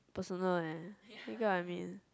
personal eh you get what I mean